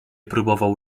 próbował